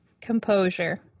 Composure